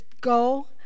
go